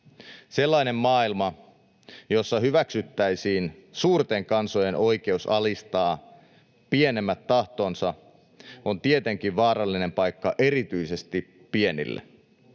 Sellainen maailma, jossa hyväksyttäisiin suurten kansojen oikeus alistaa pienemmät tahtoonsa, on tietenkin vaarallinen paikka erityisesti pienille.